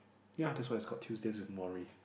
ya that's why it's called Tuesdays with Morrie